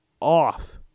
off